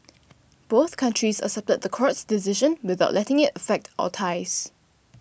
both countries accepted the court's decision without letting it affect our ties